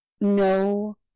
no